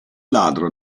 ladro